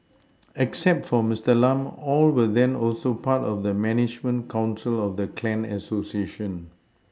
except for Mister Lam all were then also part of the management council of the clan Association